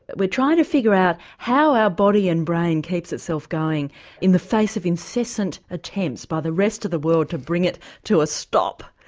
but we are trying to figure out how our body and brain keeps itself going in the face of incessant attempts by the rest of the world to bring it to a stop.